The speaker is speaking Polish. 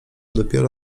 dopiero